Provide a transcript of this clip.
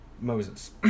Moses